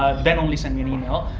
ah then only send me an email.